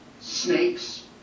Snakes